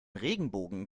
regenbogen